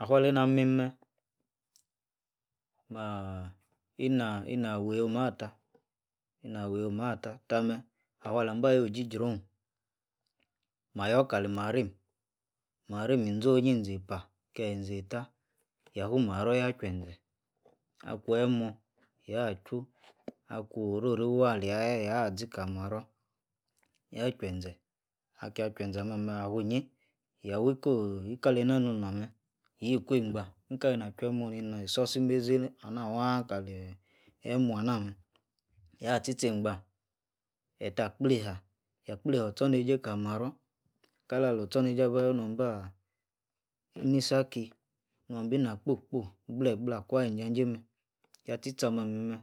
Afila laina mim meb, mah, ina-ina wei omah tah ina wei omah tah, tah-meh afua lam bah yoh jrijia-ohn, mah=lor kali marime, marim ingo-unyi, ingeipath keh-enzeitah, yah-fu marmor yah-juenzeb, akuen-emuor, yah-Ju akush orf-ri wah alia-tah, yah-zi kali-marror, jah juenze, akia-Juazen ah-meh-meh, afu-ingi, yah wikooh, inka, leina nor nah meh, yikuei-eigba, inkalei nah jue-mor meh, einimeh nisor-si meiği ah-nah-wah kaleh emuor ah-nath meh, yah- tchi-tchon eigbah, ettah gbleihah, yah gbleiha or-tchomeijei kali marror, kala-lor-chornei jei aba yor nuabini si aki, nua bina kpo-kpo, goleh-gbleh akũa-ti-înjajei meh, yak echi-tchor ah-meh-eh,